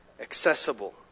Accessible